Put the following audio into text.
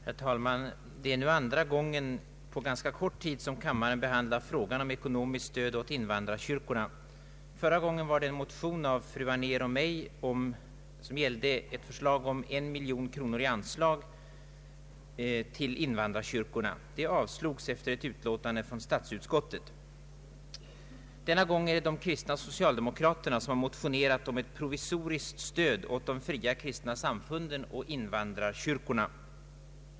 Herr talman! Det är nu andra gången på ganska kort tid som kammaren behandlar frågan om ekonomiskt stöd åt invandrarkyrkorna. Förra gången var det med anledning av en motion av fru Anér och mig som gällde förslag om ett anslag på en miljon kronor till invandrarkyrkorna. Det avslogs efter ett utlåtande från statsutskottet. Denna gång har de kristna socialdemokraterna motionerat om ett provisoriskt stöd åt de fria kristna samfunden och invandrarkyrkorna.